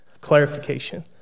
clarification